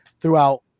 throughout